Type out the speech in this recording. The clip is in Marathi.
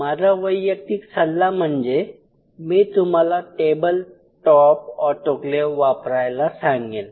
माझा वैयक्तिक सल्ला म्हणजे मी तुम्हाला टेबल टॉप ऑटोक्लेव वापरायला सांगेन